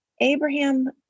Abraham